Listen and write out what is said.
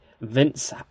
Vince